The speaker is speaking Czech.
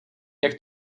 jak